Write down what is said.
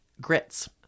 grits